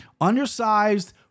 Undersized